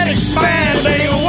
Expanding